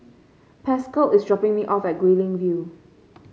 Pascal is dropping me off at Guilin View